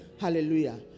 Hallelujah